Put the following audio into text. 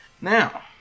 now